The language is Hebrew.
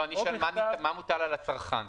אני שואל מה מוטל על הצרכן.